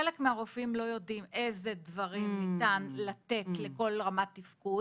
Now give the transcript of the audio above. חלק מהרופאים לא יודעים איזה דברים ניתן לתת לכל רמת תפקוד.